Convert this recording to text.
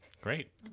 Great